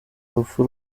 rupfu